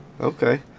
Okay